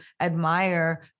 admire